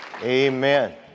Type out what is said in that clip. Amen